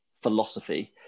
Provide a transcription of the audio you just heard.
philosophy